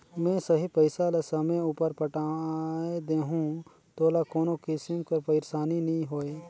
में सही पइसा ल समे उपर पटाए देहूं तोला कोनो किसिम कर पइरसानी नी होए